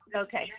okay